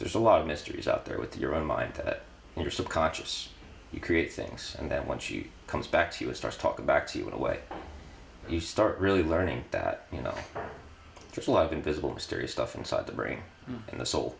there's a lot of mysteries out there with your own mind and your subconscious you create things and then when she comes back to you it starts talking back to you in a way you start really learning that you know there's a lot of invisible mysterious stuff inside the brain and